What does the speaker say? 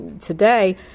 today